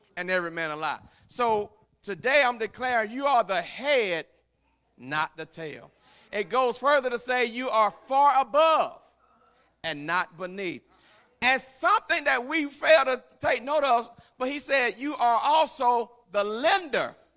and every man a lot. so today i'm declaring you are the head not the tail it goes further to say you are far above and not beneath and something that we fail to take note of but he said you are also the lender